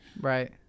Right